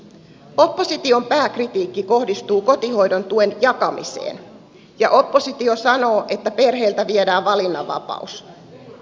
opposition pääkritiikki kohdistuu kotihoidon tuen jakamiseen ja oppositio sanoo että perheiltä viedään valinnanvapaus